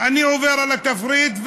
אני עובר על התפריט,